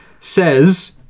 says